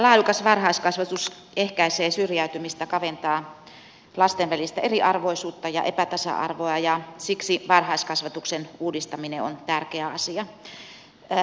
laadukas varhaiskasvatus ehkäisee syrjäytymistä kaventaa lasten välistä eriarvoisuutta ja epätasa arvoa ja siksi varhaiskasvatuksen uudistaminen on tärkeä asia